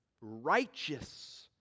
righteous